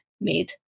made